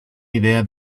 idea